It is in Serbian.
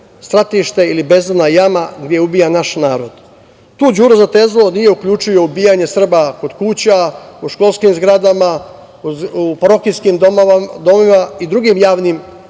stratište ili bezdana jama gde je ubijan naš narod. Tu Đuro Zatezalo nije uključio ubijanje Srba kod kuća, po školskim zgradama, u parohijskim domovima i drugim javnim